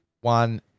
one